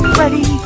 ready